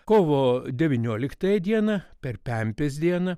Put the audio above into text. kovo devynioliktąją dieną per pempės dieną